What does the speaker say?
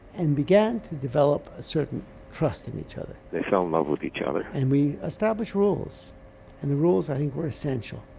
and began to develop a certain trust in each other they fell in love with each other and we established rules. and the rules i think, were essential.